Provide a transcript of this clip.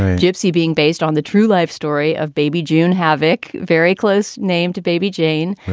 gypsy being based on the true life story of baby june havoc, very close named baby jane,